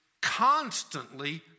constantly